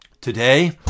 Today